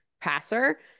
passer